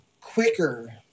quicker